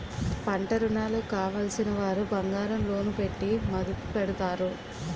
పంటరుణాలు కావలసినవారు బంగారం లోను పెట్టి మదుపు పెడతారు